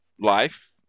life